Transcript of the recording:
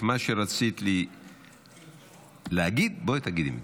את מה שרצית להגיד, בואי תגידי מכאן.